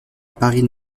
paris